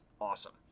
awesome